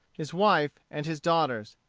his wife, and his daughters.